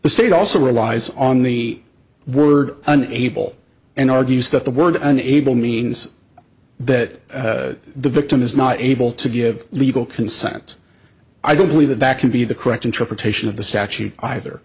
the state also relies on the word an able and argues that the word unable means that the victim is not able to give legal consent i don't believe that that could be the correct interpretation of the statute either